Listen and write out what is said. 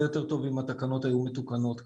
יותר טוב אם התקנות היו מתוקנות כבר.